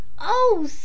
Oh